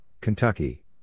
Kentucky